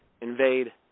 invade